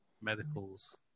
Medicals